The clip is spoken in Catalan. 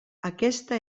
aquesta